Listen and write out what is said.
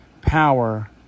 power